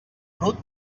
brut